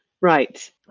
Right